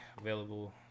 Available